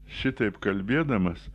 šitaip kalbėdamas